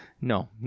No